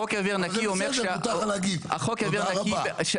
אז בסדר מותר לך להגיד תודה רבה.